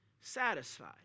satisfied